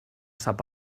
sap